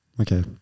Okay